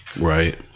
Right